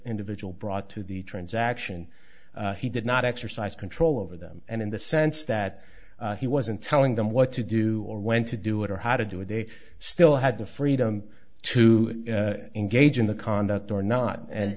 individual brought to the transaction he did not exercise control over them and in the sense that he wasn't telling them what to do or when to do it or how to do it they still had the freedom to engage in the conduct or not and